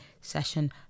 session